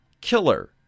killer